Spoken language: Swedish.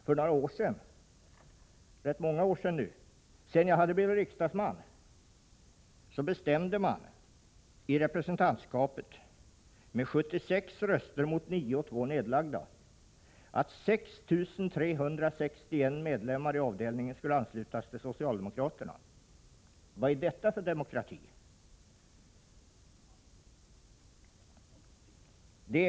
För några år sedan — det är rätt många år sedan nu, men efter det att jag hade blivit riksdagsman — bestämde man i representantskapet med 76 röster mot 9 och 2 nedlagda att 6 361 medlemmar i avdelningen skull anslutas till socialdemokraterna. Vad är detta för demokrati?